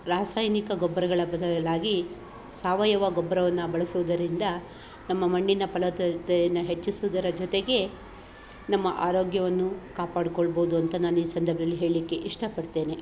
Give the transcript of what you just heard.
ರಾಸಾಯನಿಕ ಗೊಬ್ಬರಗಳ ಬದಲಾಗಿ ಸಾವಯವ ಗೊಬ್ಬರವನ್ನ ಬಳಸೋದರಿಂದ ನಮ್ಮ ಮಣ್ಣಿನ ಫಲವತ್ತತೆಯನ್ನ ಹೆಚ್ಚಿಸುವುದರ ಜೊತೆಗೆ ನಮ್ಮಆರೋಗ್ಯವನ್ನು ಕಾಪಾಡ್ಕೊಳ್ಬೋದು ಅಂತ ನಾನು ಈ ಸಂದರ್ಭದಲ್ಲಿ ಹೇಳಲಿಕ್ಕೆ ಇಷ್ಟ ಪಡ್ತೇನೆ